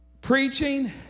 preaching